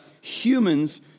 humans